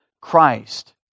Christ